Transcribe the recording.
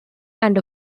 and